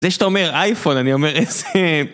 זה שאתה אומר אייפון, אני אומר איזה...